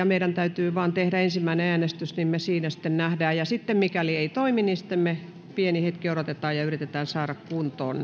meidän täytyy vain tehdä ensimmäinen äänestys ja siinä me sitten näemme mikäli ei toimi me pienen hetken odotamme ja yritämme saada nämä kuntoon